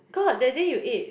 got that day you ate